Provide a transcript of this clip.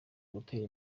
gutera